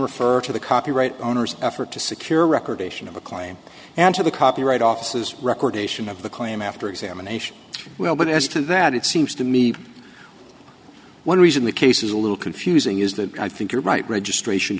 refer to the copyright owner's effort to secure record ation of a claim and to the copyright offices record ation of the claim after examination well but as to that it seems to me one reason the case is a little confusing is that i think you're right registration